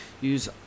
Use